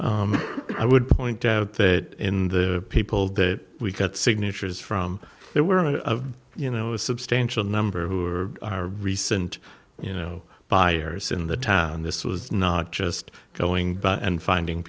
i would point out that in the people that we got signatures from there were a you know a substantial number who were our recent you know buyers in the town this was not just going back and finding